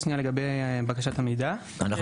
מה